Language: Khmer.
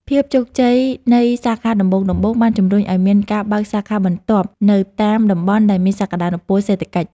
ភាពជោគជ័យនៃសាខាដំបូងៗបានជំរុញឱ្យមានការបើកសាខាបន្ទាប់នៅតាមតំបន់ដែលមានសក្តានុពលសេដ្ឋកិច្ច។